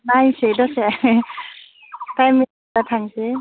नायनोसै दसे टाइम मोनबा थांसै